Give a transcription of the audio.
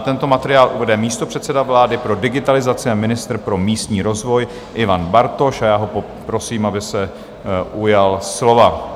Tento materiál uvede místopředseda vlády pro digitalizaci a ministr pro místní rozvoj Ivan Bartoš a já ho poprosím, aby se ujal slova.